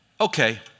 Okay